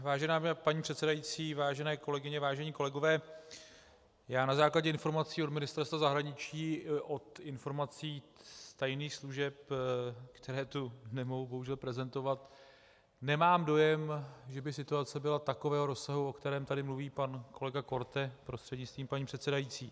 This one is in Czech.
Vážená paní předsedající, vážené kolegyně, vážení kolegové, já na základě informací od Ministerstva zahraničí, informací z tajných služeb, které tu nemohu bohužel prezentovat, nemám dojem, že by situace byla takového rozsahu, o kterém tady mluví pan kolega Korte, prostřednictvím paní předsedající.